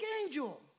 angel